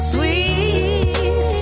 Sweet